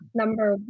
number